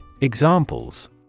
Examples